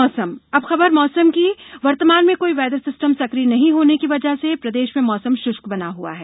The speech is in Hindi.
मौसम अब खबर मौसम की वर्तमान में कोई वेदर सिस्टम सक्रिय नहीं होने की वजह से प्रदेश में मौसम श्ष्क बना हआ है